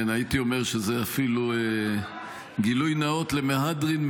הייתי אומר שזה אפילו גילוי נאות למהדרין,